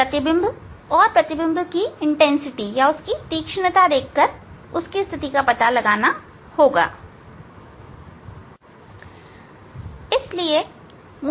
प्रतिबिंब और प्रतिबिंब की तीक्ष्णता देख कर मैं लेंस की दो स्थितियों का पता लगाऊंगा